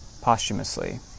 posthumously